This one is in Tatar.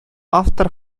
автор